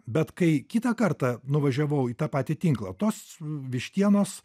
bet kai kitą kartą nuvažiavau į tą patį tinklą tos vištienos